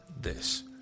this